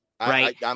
right